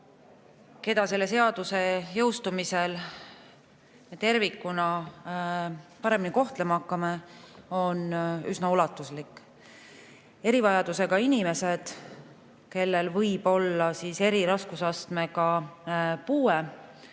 me selle seaduse jõustumisel tervikuna paremini kohtlema hakkame, on üsna ulatuslik. Erivajadusega inimesi, kellel võib olla eri raskusastmega puue,